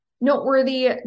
noteworthy